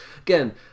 Again